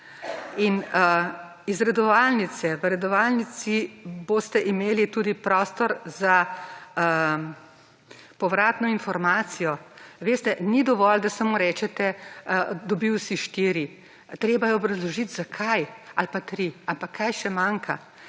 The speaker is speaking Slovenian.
In iz redovalnice, v redovalnici boste imeli tudi prostor za povratno informacijo. Veste, ni dovolj, da samo rečete, dobil si štiri, treba je obrazložiti zakaj, ali pa tri. Ali pa kaj še manjka?